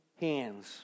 hands